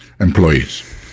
employees